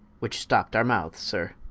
which stop'd our mouthes sir.